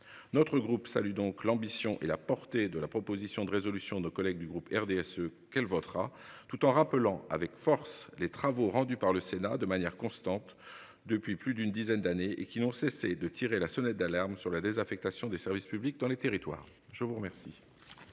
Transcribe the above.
notre groupe salue donc l'ambition et la portée de la proposition de résolution nos collègues du groupe RDSE qu'elle votera tout en rappelant avec force les travaux rendus par le Sénat, de manière constante depuis plus d'une dizaine d'années et qui n'ont cessé de tirer la sonnette d'alarme sur la désaffectation des services publics dans les territoires. Je vous remercie.